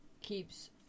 keeps